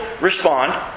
respond